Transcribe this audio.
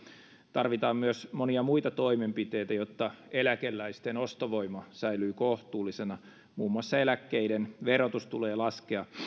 tarvitaan myös monia muita toimenpiteitä jotta eläkeläisten ostovoima säilyy kohtuullisena muun muassa eläkkeiden verotus tulee laskea